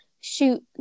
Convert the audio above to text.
shoot